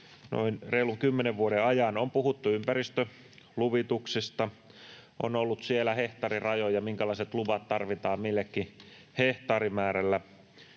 noin reilun kymmenen vuoden ajan. On puhuttu ympäristöluvituksista. Siellä on ollut hehtaarirajoja: minkälaiset luvat tarvitaan milläkin hehtaarimäärällä.